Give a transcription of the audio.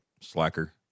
Slacker